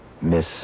Miss